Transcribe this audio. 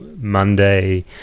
Monday